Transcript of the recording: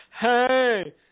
hey